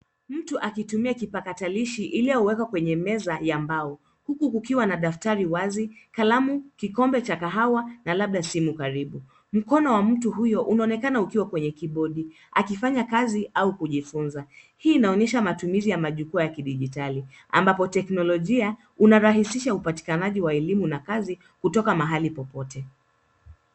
Mtu akitumia kipakatalishi iliyowekwa kwenye meza ya mbao. Kiti ikiwa na daftari wazi, kalamu, kikombe cha kahawa na labda simu karibu. Mkono wa mtu huyo unaonekana ukiwa kwenye kibodi. Akifanya kazi au kujifunza. Hii inaonyesha matumizi ya majukwaa ya kidijitali. Ambapo teknolojia, unarahisisha upatikanaji wa elimu na kazi kutoka mahali popote.